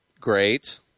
Great